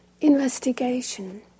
investigation